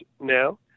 now